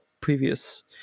previous